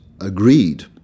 agreed